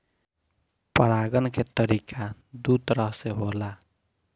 परागण के तरिका दू तरह से होला